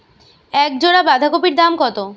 এক জোড়া বাঁধাকপির দাম কত?